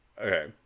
okay